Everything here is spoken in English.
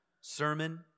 sermon